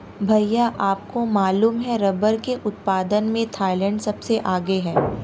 भैया आपको मालूम है रब्बर के उत्पादन में थाईलैंड सबसे आगे हैं